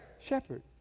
Shepherd